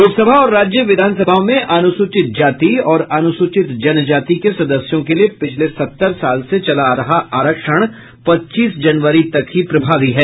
लोकसभा और राज्य विधानसभाओं में अनुसूचित जाति और अनुसूचित जनजाति के सदस्यों के लिए पिछले सत्तर साल से चला आ रहा आरक्षण पच्चीस जनवरी तक प्रभावी है